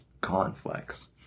conflicts